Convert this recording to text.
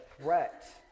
threat